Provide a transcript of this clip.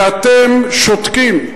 ואתם שותקים,